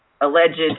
alleged